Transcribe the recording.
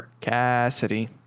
Cassidy